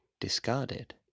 discarded